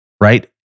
right